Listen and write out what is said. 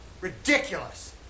Ridiculous